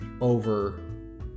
over